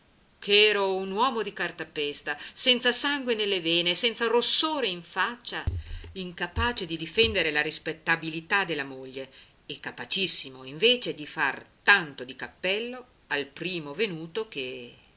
che ero un uomo di cartapesta senza sangue nelle vene senza rossore in faccia incapace di difendere la rispettabilità della moglie e capacissimo invece di far tanto di cappello al primo venuto che